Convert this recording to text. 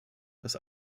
dass